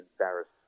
embarrassed